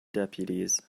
deputies